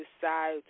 decide